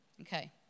Okay